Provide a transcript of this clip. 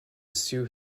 sue